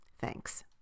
Thanks